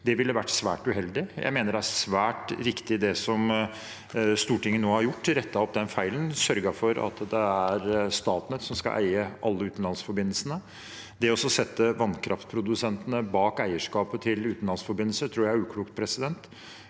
Det ville vært svært uheldig. Jeg mener det er svært riktig, det som Stortinget nå har gjort. De har rettet opp den feilen og sørget for at det er Statnett som skal eie alle utenlandsforbindelsene. Å la vannkraftprodusentene ha eierskapet til utenlandsforbindelser tror jeg er uklokt i en